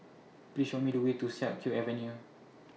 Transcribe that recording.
Please Show Me The Way to Siak Kew Avenue